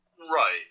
Right